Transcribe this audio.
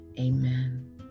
Amen